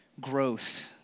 growth